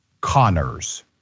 Connors